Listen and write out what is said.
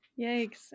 Yikes